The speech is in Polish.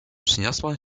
przeniosła